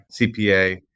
CPA